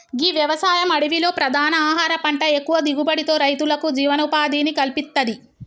గీ వ్యవసాయం అడవిలో ప్రధాన ఆహార పంట ఎక్కువ దిగుబడితో రైతులకు జీవనోపాధిని కల్పిత్తది